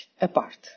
apart